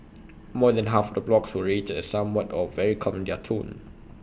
more than half of the blogs were rated as somewhat or very calm in their tone